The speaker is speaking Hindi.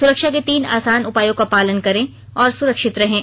सुरक्षा के तीन आसान उपायों का पालन करें और सुरक्षित रहें